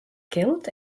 kilt